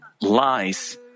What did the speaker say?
lies